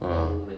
a'ah